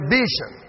vision